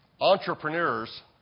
Entrepreneurs